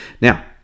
now